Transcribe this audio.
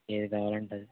ఏది కావాలి అంటే అది